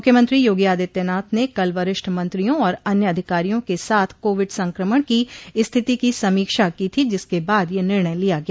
मुख्यमंत्री योगी आदित्यनाथ ने कल वरिष्ठ मंत्रियों और अन्य अधिकारियों के साथ कोविड संक्रमण की स्थिति की समीक्षा की थी जिसके बाद यह निर्णय लिया गया